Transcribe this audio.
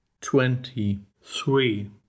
twenty-three